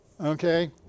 Okay